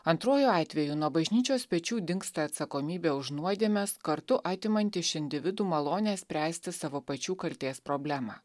antruoju atveju nuo bažnyčios pečių dingsta atsakomybė už nuodėmes kartu atimanti iš individų malonę spręsti savo pačių kaltės problemą